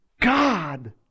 God